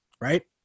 right